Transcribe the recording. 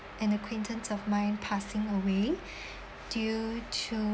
an acquaintance of mine passing away due to